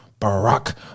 Barack